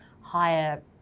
higher